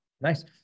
Nice